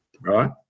right